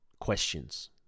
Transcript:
questions